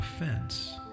offense